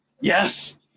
Yes